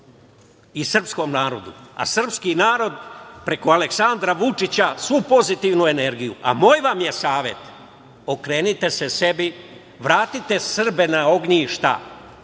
i srpskom narodu, a srpski narod preko Aleksandra Vučića svu pozitivnu energiju. Moj vam je savet – okrenite se sebi, vratite Srbe na ognjišta